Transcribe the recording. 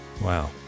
Wow